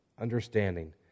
understanding